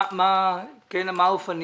מה האופנים?